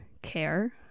care